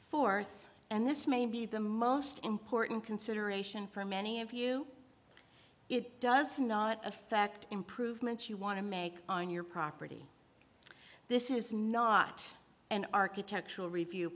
fourth and this may be the most important consideration for many of you it does not affect improvements you want to make on your property this is not an architectural review